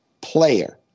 player